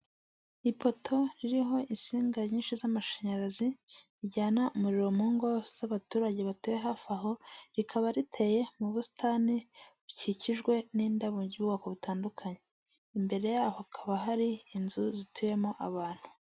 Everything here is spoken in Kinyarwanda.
Ipoto ririho insinga nyinshi z'amashanyarazi rijyana umuriro mu ngo z'abaturage batuye hafi aho rikaba riteye mu busitani bukikijwe n'indabo by'ubwoko butandukanye, imbere yabo hakaba hari inzu zituyemo abantu.